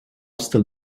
still